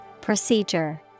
Procedure